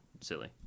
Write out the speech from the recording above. silly